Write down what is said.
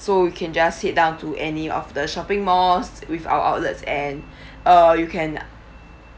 so you can just head down to any of the shopping malls with our outlets and uh you can